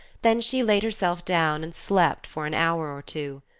then she laid herself down and slept for an hour or two.